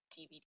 DVD